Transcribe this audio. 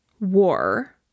war